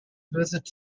visit